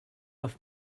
off